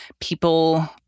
people